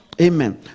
Amen